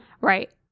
right